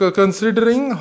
considering